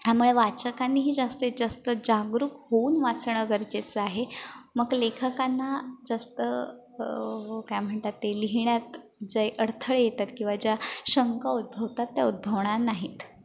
ह्यामुळे वाचकांनीही जास्तीत जास्त जागरूक होऊन वाचणं गरजेचं आहे मग लेखकांना जास्त काय म्हणतात ते लिहिण्यात जे अडथळे येतात किंवा ज्या शंका उद्भवतात त्या उद्भवणार नाहीत